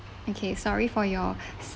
okay sorry for your